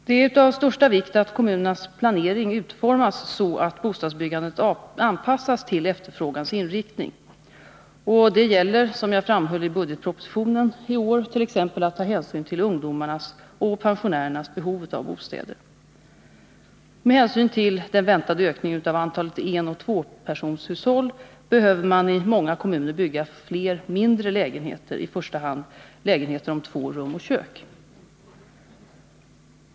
Det är av största vikt att kommunernas planering utformas så, att bostadbyggandet anpassas till efterfrågans inriktning. Det gäller, som jag framhöll i budgetpropositionen i år, t.ex. att ta hänsyn till ungdomarnas och pensionärernas behov av bostäder. Med hänsyn till den väntade ökningen av antalet enoch tvåpersonershushåll behöver man i många kommuner bygga fler mindre lägenheter, i första hand lägenheter om två rum och kök.